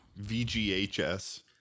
VGHS